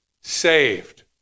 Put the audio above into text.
saved